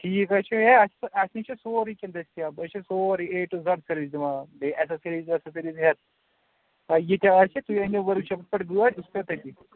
ٹھیٖک ہے چھُ ہے اَسہِ نش چھُ سورُے کینٛہہ دستیاب أسۍ چھِ سورُے کینٛہہ اے ٹُو زڈ کٔرِتھ دِوان بیٚیہِ اسیٚسَریٖز ویٚسیٚسَریٖز ہیٚتھ یہ تہِ آسہِ تُہۍ أنِو ورک شاپَس گٲڑ بہٕ چھُس تیٚلہِ تٔتے